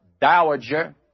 Dowager